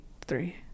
three